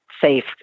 safe